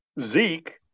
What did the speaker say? Zeke